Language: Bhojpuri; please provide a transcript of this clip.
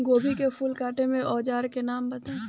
गोभी के फूल काटे के औज़ार के नाम बताई?